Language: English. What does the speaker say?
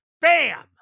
Bam